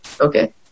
Okay